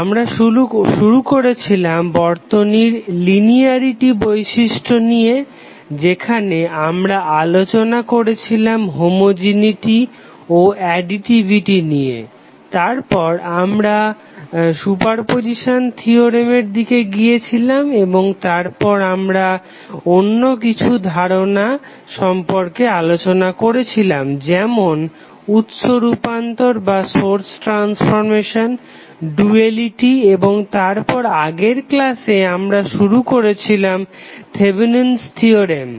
আমরা শুরু করেছিলাম বর্তনীর লিনিয়ারিটি বৈশিষ্ট্য নিয়ে যেখানে আমরা আলোচনা করেছিলাম হোমোজেনেটি ও অ্যাডিটিভিটি নিয়ে এবং তারপর আমরা সুপারপজিসান থিওরেম এর দিকে গিয়েছিলাম এবং তারপর আমরা অন্য কিছু ধারণা নিয়ে আলোচনা করেছিলাম যেমন উৎস রূপান্তর ও ডুয়ালিটি এবং তারপর আগের ক্লাসে আমরা শুরু করেছিলাম থেভেনিন'স থিওরেম Thevenins theorem